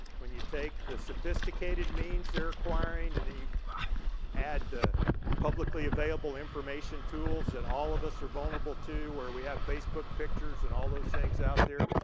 when you take the sophisticated means they're acquiring and then you add the publicly available information tools that all of us are vulnerable to, where we have facebook pictures and all those things out there.